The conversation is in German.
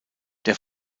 der